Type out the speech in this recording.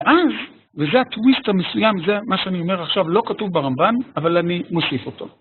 אז, וזה הטוויסט המסוים, זה מה שאני אומר עכשיו, לא כתוב ברמב"ן, אבל אני מוסיף אותו.